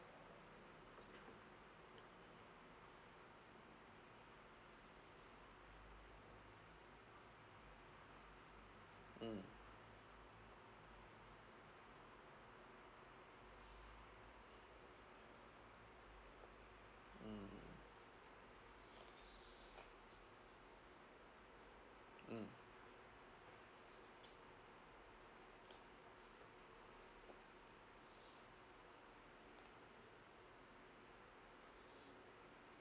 mm mm